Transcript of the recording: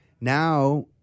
Now